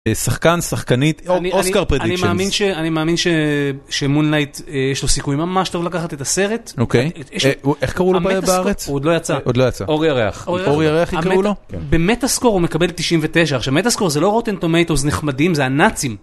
שחקן, שחקנית, אוסקאר פרדיצ'נס, אני מאמין ש אני מאמין שמונלייט יש לו סיכוי ממש טוב לקחת את הסרט, אוקיי, איך קראו לו בארץ? הוא עוד לא יצא, עוד לא יצא, אור ירח, אור ירח יקראו לו, במטאסקור הוא מקבל 99, עכשיו מטאסקור זה לא רוטן טומטוס נחמדים זה הנאצים.